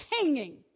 hanging